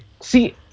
See